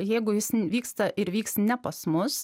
jeigu jis vyksta ir vyks ne pas mus